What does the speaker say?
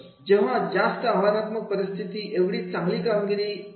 जेवढी जास्त आव्हानात्मक परिस्थिती एवढी चांगली कामगिरी असेल बरोबर